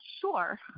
Sure